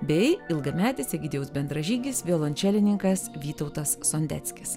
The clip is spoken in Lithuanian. bei ilgametis egidijaus bendražygis violončelininkas vytautas sondeckis